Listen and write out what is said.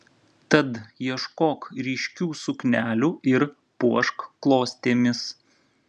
tad ieškok ryškių suknelių ir puošk klostėmis